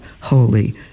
holy